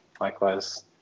likewise